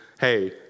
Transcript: hey